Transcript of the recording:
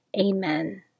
Amen